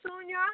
Sonia